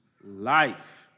life